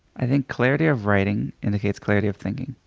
i think clarity of writing indicates clarity of thinking.